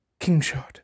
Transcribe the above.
Kingshot